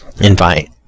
invite